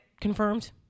confirmed